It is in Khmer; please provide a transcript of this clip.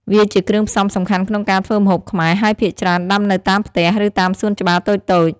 វាជាគ្រឿងផ្សំសំខាន់ក្នុងការធ្វើម្ហូបខ្មែរ ហើយភាគច្រើនដាំនៅតាមផ្ទះ ឬតាមសួនច្បារតូចៗ។